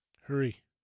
Hurry